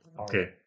Okay